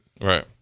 Right